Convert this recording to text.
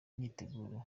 myiteguro